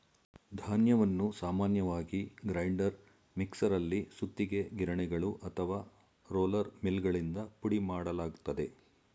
ಧಾನ್ಯವನ್ನು ಸಾಮಾನ್ಯವಾಗಿ ಗ್ರೈಂಡರ್ ಮಿಕ್ಸರಲ್ಲಿ ಸುತ್ತಿಗೆ ಗಿರಣಿಗಳು ಅಥವಾ ರೋಲರ್ ಮಿಲ್ಗಳಿಂದ ಪುಡಿಮಾಡಲಾಗ್ತದೆ